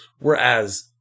Whereas